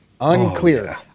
Unclear